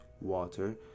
water